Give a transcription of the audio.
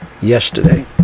yesterday